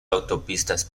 autopistas